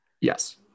Yes